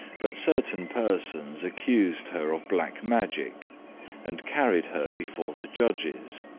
but certain persons accused her of black magic and carried her before the judges,